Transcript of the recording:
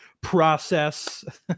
process